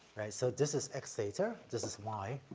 right, so this is x theta, this is y.